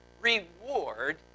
reward